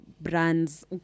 brands